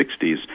60s